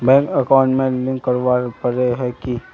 Bank account में link करावेल पारे है की?